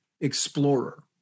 explorer